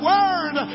Word